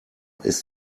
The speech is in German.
ist